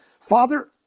Father